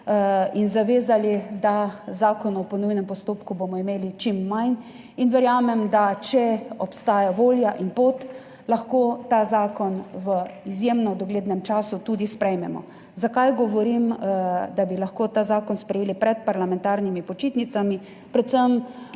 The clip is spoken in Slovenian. in zavezali, da bomo imeli zakonov po nujnem postopku čim manj in verjamem, da če obstaja volja in pot, lahko ta zakon v izjemno doglednem času tudi sprejmemo. Zakaj govorim, da bi lahko ta zakon sprejeli pred parlamentarnimi počitnicami? Predvsem